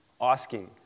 asking